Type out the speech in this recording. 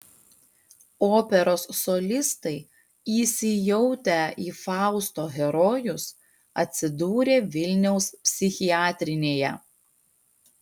operos solistai įsijautę į fausto herojus atsidūrė vilniaus psichiatrinėje